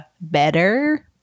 better